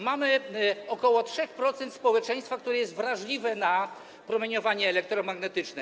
Mamy ok. 3% społeczeństwa, które jest wrażliwe na promieniowanie elektromagnetyczne.